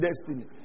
destiny